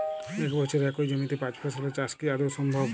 এক বছরে একই জমিতে পাঁচ ফসলের চাষ কি আদৌ সম্ভব?